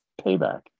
payback